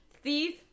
Thief